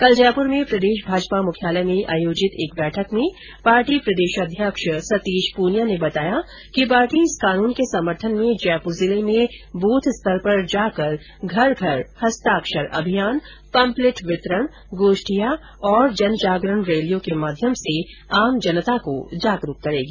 कल जयपुर में प्रदेश भाजपा मुख्यालय में आयोजित एक बैठक में पार्टी प्रदेशाध्यक्ष सतीश प्रनिया ने बताया कि पार्टी इस कानून के समर्थन में जयपुर जिले में ब्रथ स्तर पर जाकर घर घर हस्ताक्षर अभियान पंपलेट वितरण गोष्ठियां जन जागरण रैलिर्यो के माध्यम से आम जनता को जागरूक करेगी